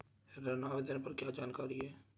ऋण आवेदन पर क्या जानकारी है?